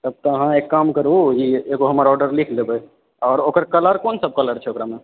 तब तऽ अहाँ एक काम करू एगो हमर ऑर्डर लिख लेबै आओर ओकर कलर कोन सभ कलर सभ छै ओकरामे